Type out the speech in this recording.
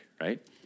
right